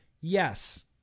Yes